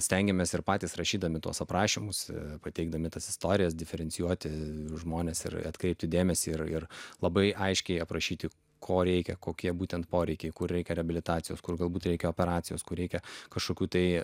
stengiamės ir patys rašydami tuos aprašymus pateikdami tas istorijas diferencijuoti žmones ir atkreipti dėmesį ir ir labai aiškiai aprašyti ko reikia kokie būtent poreikiai kur reikia reabilitacijos kur galbūt reikia operacijos kur reikia kažkokių tai